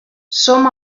som